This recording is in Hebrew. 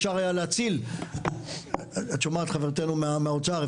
את שומעת חברתנו מהאוצר?